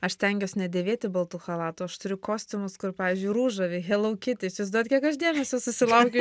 aš stengiuos nedėvėti baltų chalatų aš turiu kostiumus kur pavyzdžiui ružavi helau kiti įsivaizduojat kiek aš dėmesio susilaukiu